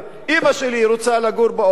אמא שלי רוצה לגור באוהל,